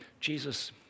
Jesus